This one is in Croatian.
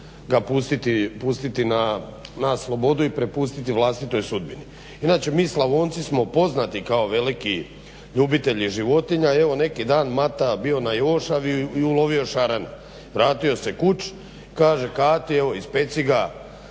ga pustiti na slobodu i prepustiti vlastitoj sudbini. Inače mi Slavonci smo poznati kao veliki ljubitelji životinja. Evo neki dan Mata bio na Jošavi i ulovio šarana. Vratio se kući, kaže Kati evo ispeci ga,